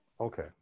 Okay